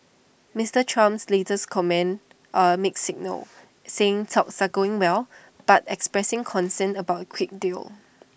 Mister Trump's latest comments are A mixed signal saying talks are going well but expressing concern about A quick deal